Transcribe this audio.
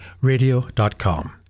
radio.com